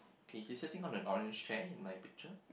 okay he's sitting on an orange chair in my picture